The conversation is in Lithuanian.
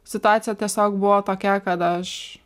situacija tiesiog buvo tokia kad aš